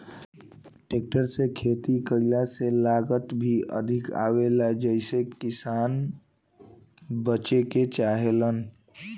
tractor से खेती कईला से लागत भी अधिक आवेला जेइसे किसान बचे के चाहेलन